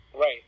Right